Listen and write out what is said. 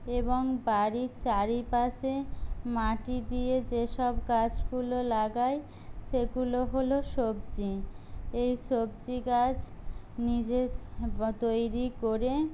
এবং বাড়ির চারিপাশে মাটি দিয়ে যে সব গাছগুলো লাগাই সেগুলো হল সবজি এই সবজি গাছ নিজের তৈরি করে